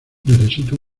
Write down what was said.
necesito